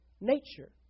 nature